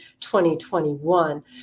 2021